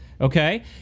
okay